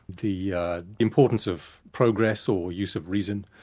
the importance of progress or use of reason,